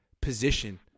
position